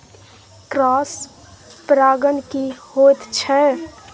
Cross परागण की होयत छै?